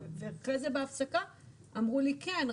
אחרי זה בהפסקה אמרו לי כן,